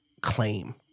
claim